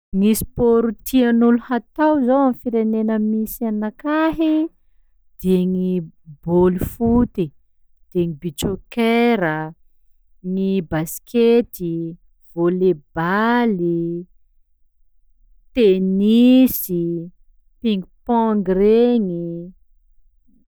Gny sport tian'olo hatao zao amy firenena misy anakahy de gny bôly foty, de ny beach soccer a, ny baskety, volley-bally, tenisy, ping pong regny.